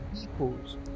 people's